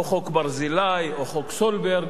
או חוק ברזילי, או חוק סולברג.